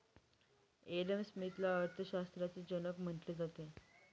Adam स्मिथला अर्थशास्त्राचा जनक म्हटले जाते